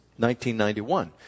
1991